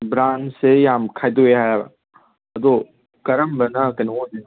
ꯕ꯭ꯔꯥꯟꯁꯁꯦ ꯌꯥꯝ ꯈꯥꯏꯗꯣꯛꯑꯦ ꯍꯥꯏꯑꯕ ꯑꯗꯣ ꯀꯔꯝꯕꯅ ꯀꯩꯅꯣ ꯑꯣꯏꯗꯣꯏꯅꯣ